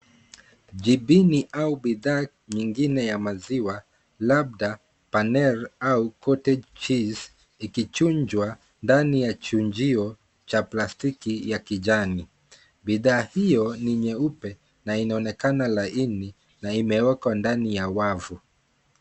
Jibini au bidhaa nyingine ya maziwa labda paner au cottage cheese ikichunjwa ndani ya chunjio cha plastiki ya kijani. Bidhaa hiyo ni nyeupe na inaonekana laini na imewekwa ndani ya wavu.